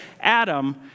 Adam